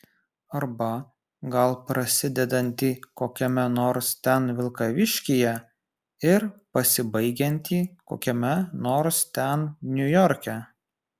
arba gal prasidedantį kokiame nors ten vilkaviškyje ir pasibaigiantį kokiame nors ten niujorke